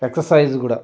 exercise కూడా